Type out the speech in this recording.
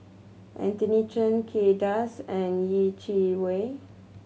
Anthony Chen Kay Das and Yeh Chi Wei